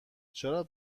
چرا